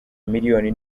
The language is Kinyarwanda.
miliyoni